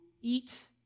eat